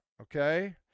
okay